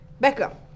Becca